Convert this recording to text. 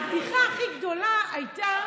הבדיחה הכי גדולה הייתה,